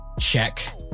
check